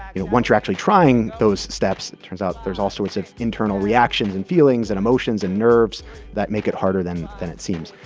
you know, once you're actually trying those steps, it turns out there's all sorts of internal reactions and feelings and emotions and nerves that make it harder than than it seems.